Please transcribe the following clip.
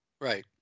right